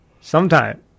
Sometime